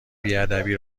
بیادبی